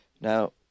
Now